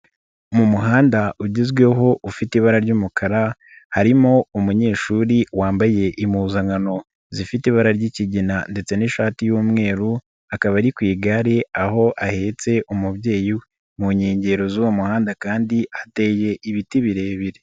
Mu muhanda ugezweho ufite ibara ry'umukara harimo umunyeshuri wambaye impuzankano zifite ibara ry'ikigina ndetse n'ishati y'umweru akaba ari ku igare aho ahetse umubyeyi we, mu nkengero z'uwo muhanda kandi hateye ibiti birebire.